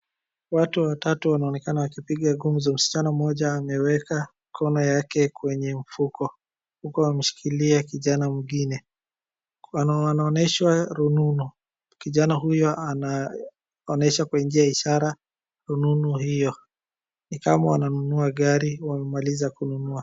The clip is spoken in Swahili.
Watu watatu wanaonekana wakipiga gumzo, msichana mmoja ameweka mkono yake kwenye mfuko huku ameshikilia kijana mwingine wanaoneshwa rununu. Kijana huyo anaonesha kwa njia ya ishara rununu, hiyo ni kama wananunua gari, wamemaliza kununua.